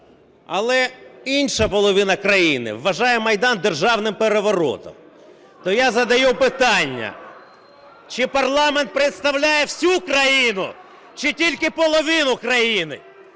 Але інша половина країни вважає Майдан державним переворотом. То я задаю питання: чи парламент представляє всю країну, чи тільки половину країну?